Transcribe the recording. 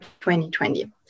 2020